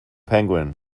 penguin